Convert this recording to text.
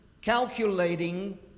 calculating